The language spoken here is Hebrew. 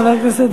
חבר הכנסת זאב.